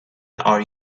are